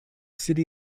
city